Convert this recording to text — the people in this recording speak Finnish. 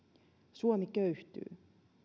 suomi köyhtyy